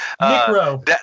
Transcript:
Micro